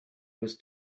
was